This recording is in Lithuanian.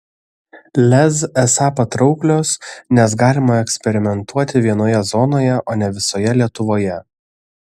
lez esą patrauklios nes galima eksperimentuoti vienoje zonoje o ne visoje lietuvoje